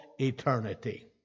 eternity